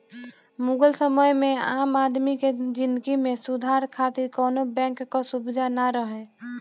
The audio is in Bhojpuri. मुगल समय में आम आदमी के जिंदगी में सुधार खातिर कवनो बैंक कअ सुबिधा ना रहे